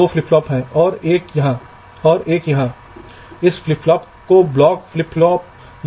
इसके कुछ उदाहरण दिखाए गए हैं